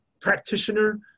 practitioner